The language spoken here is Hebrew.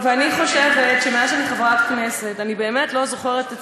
ואני חושבת שמאז שאני חברת כנסת אני באמת לא זוכרת את